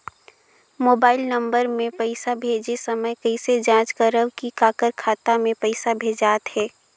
Mobile number मे पइसा भेजे समय कइसे जांच करव की काकर खाता मे पइसा भेजात हे?